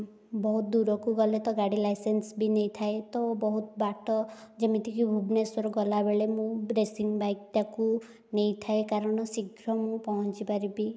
ବହୁତ ଦୂରକୁ ଗଲେ ତ ଗାଡ଼ି ଲାଇସେନ୍ସ ବି ନେଇଥାଏ ତ ବହୁତ ବାଟ ଯେମିତିକି ଭୁବନେଶ୍ୱର ଗଲାବେଳେ ମୁଁ ରେସିଂ ବାଇକ୍ ଟାକୁ ନେଇଥାଏ କାରଣ ଶୀଘ୍ର ମୁଁ ପହଁଞ୍ଚିପାରିବି